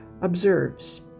observes